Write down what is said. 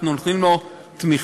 אנחנו נותנים לו תמיכה.